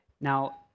Now